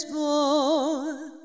born